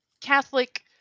Catholic